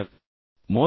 கற்றுக்கொண்டனர்